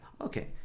Okay